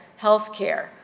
healthcare